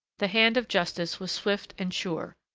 the hand of justice was swift and sure,